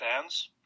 fans